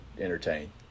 entertain